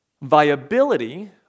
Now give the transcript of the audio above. Viability